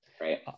Right